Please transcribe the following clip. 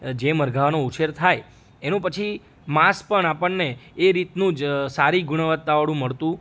જે મરઘાઓનો ઉછેર થાય એનું પછી માસ પણ આપણને એ રીતનું જ સારી ગુણવતાવાળું મળતું